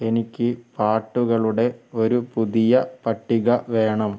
എനിക്ക് പാട്ടുകളുടെ ഒരു പുതിയ പട്ടിക വേണം